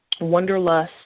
Wonderlust